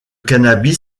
cannabis